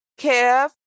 Kev